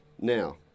now